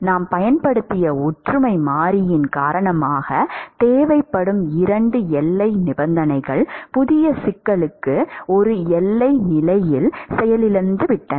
நாம் பயன்படுத்திய ஒற்றுமை மாறியின் காரணமாக தேவைப்படும் 2 எல்லை நிபந்தனைகள் புதிய சிக்கலுக்கு ஒரு எல்லை நிலையில் செயலிழந்துவிட்டன